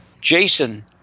jason